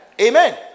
Amen